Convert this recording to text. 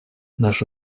наша